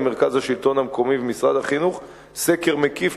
מרכז השלטון המקומי ומשרד החינוך סקר מקיף,